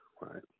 right